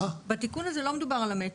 בתיקון הזה לא מדובר על המטרו.